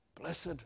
Blessed